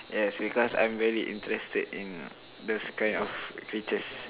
yes because I'm very interested in those kind of creatures